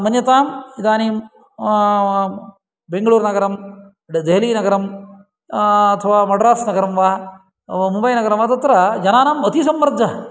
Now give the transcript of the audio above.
मन्यताम् इदानीं बेङ्गलूर्नगरं देहलीनगरं अथवा मड्रास्नगरं वा मुम्बैनगरं वा तत्र जनानाम् अतिसम्मर्दः